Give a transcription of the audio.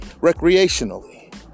Recreationally